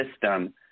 system